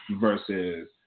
versus